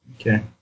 Okay